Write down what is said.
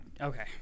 Okay